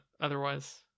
otherwise